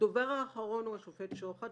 הדובר האחרון הוא השופט השוחט,